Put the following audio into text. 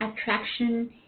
attraction